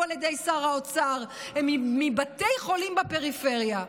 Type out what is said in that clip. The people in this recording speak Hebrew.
על ידי שר האוצר הם מבתי חולים מהפריפריה.